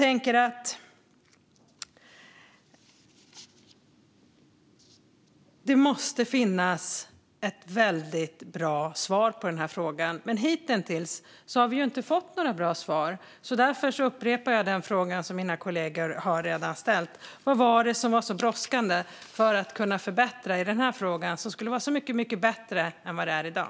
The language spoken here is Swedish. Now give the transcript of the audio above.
Det måste finnas ett väldigt bra svar på dessa frågor, men hittills har vi inte fått några bra svar. Därför upprepar jag den fråga som mina kollegor redan har ställt: Vad var det som var så brådskande att förbättra i denna fråga och som skulle göra det mycket bättre än vad det är i dag?